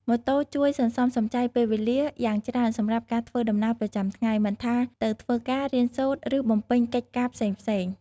ម៉ូតូជួយ សន្សំសំចៃពេលវេលា យ៉ាងច្រើនសម្រាប់ការធ្វើដំណើរប្រចាំថ្ងៃ មិនថាទៅធ្វើការ រៀនសូត្រ ឬបំពេញកិច្ចការផ្សេងៗ ។